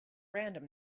random